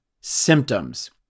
symptoms